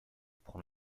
prend